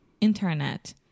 Internet